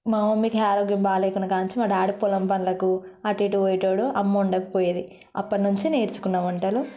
మా మమ్మీకి ఆరోగ్యం బాగ లేకుండ కానించి మా డాడీ పొలం పనులకు అటు ఇటు పోయే వాడు అమ్మ వండకపోయేది అప్పటి నుంచి నేర్చుకున్న వంటలు